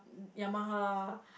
Yamaha